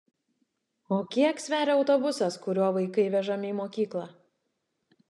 o kiek sveria autobusas kuriuo vaikai vežami į mokyklą